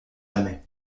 jamais